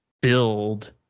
build